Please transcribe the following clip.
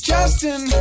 Justin